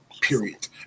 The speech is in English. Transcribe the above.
Period